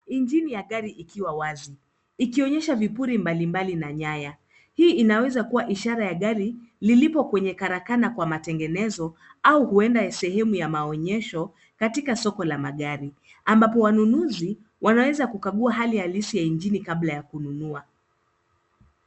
Injini ya gari ikiwa wazi, ikionyesha vipuri mbalimbali na nyaya. Hii inaweza ishara ya gari, lililo kwenye karakana kwa matengenezo au huenda sehemu ya maonyesho, katika soko la magari, ambapo wanunuzi wanaweza kukagua hali halisi ya injini kabla ya kununua.